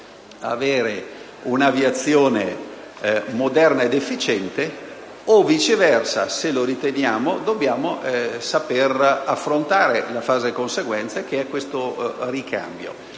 avere un'aviazione moderna ed efficiente o, viceversa, se lo riteniamo, dobbiamo saper affrontare la fase conseguente, che è il ricambio.